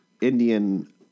Indian